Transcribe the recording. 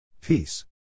Peace